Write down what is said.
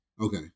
Okay